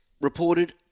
Reported